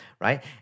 right